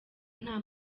nta